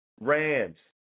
Rams